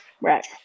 Right